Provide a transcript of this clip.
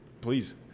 Please